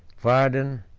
verden,